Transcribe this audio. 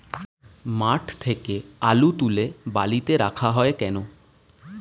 মাঠ থেকে আলু তুলে বালিতে রাখা হয় কেন?